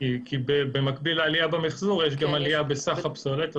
כי במקביל לעלייה במחזור יש גם עלייה בסך הפסולת,